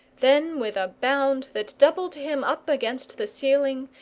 then with a bound that doubled him up against the ceiling,